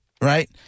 right